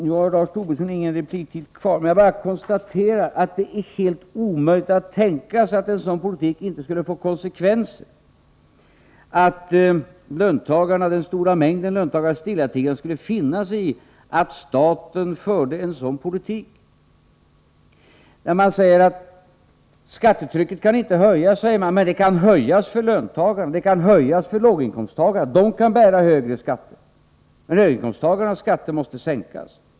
Nu har Lars Tobisson ingen replik kvar, och jag vill därför bara konstatera att det är helt omöjligt att tänka sig att en sådan politik inte skulle få konsekvenser, att den stora mängden löntagare stillatigande skulle finna sig i att staten förde en sådan politik. Skattetrycket kan inte höjas, säger man. Men det kan höjas för låginkomsttagarna — dessa kan bära högre skatter. Men höginkomsttagarnas skatter måste sänkas.